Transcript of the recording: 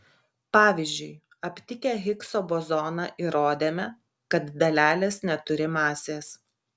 pavyzdžiui aptikę higso bozoną įrodėme kad dalelės neturi masės